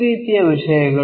ಈ ರೀತಿಯ ವಿಷಯಗಳು